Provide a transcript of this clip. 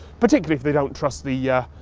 particularly if they don't trust the yeah